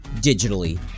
Digitally